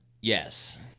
Yes